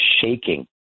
shaking